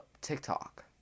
TikTok